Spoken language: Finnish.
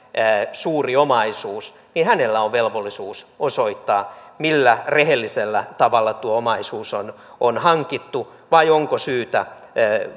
suuri omaisuus niin hänellä on velvollisuus osoittaa millä rehellisellä tavalla tuo omaisuus on on hankittu vai onko syytä